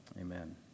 Amen